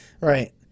Right